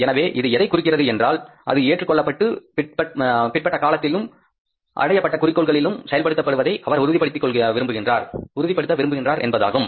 எனவே இது எதைக் குறிக்கிறது என்றால் அது ஏற்றுக்கொள்ளப்பட்டு பிற்பட்ட காலத்திலும் அடையப்பட்ட குறிக்கோள்களிலும் செயல்படுத்தப்படுவதை அவர் உறுதிப்படுத்த விரும்புகிறார் என்பதாகும்